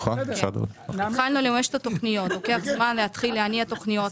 לוקח זמן להתחיל להניע תוכניות,